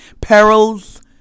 Perils